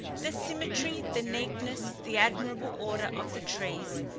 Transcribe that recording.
the symmetry, the neatness, the admirable order of the trees,